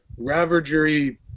Ravagery